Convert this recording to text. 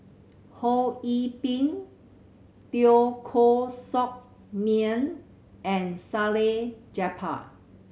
Ho Yee Ping Teo Koh Sock Miang and Salleh Japar